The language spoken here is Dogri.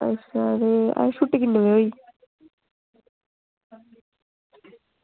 अच्छा ते छुट्टी किन्ने बजे होग